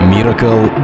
Miracle